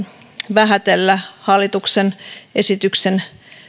vähätellä hallituksen esityksen